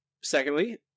Secondly